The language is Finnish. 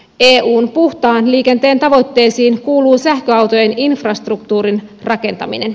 eun puhtaan liikenteen tavoitteisiin kuuluu sähköautojen infrastruktuurin rakentaminen